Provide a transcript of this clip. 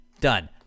Done